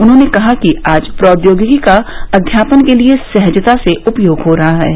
उन्होंने कहा कि आज प्रौद्योगिकी का अध्यापन के लिए सहजता से उपयोग हो रहा है